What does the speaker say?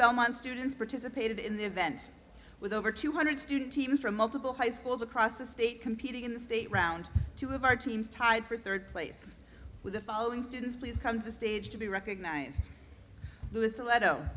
belmont students participated in the event with over two hundred student teams from multiple high schools across the state competing in the state round two of our teams tied for third place with the following students please come to the stage to be recognized